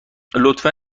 لطفا